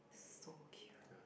so cute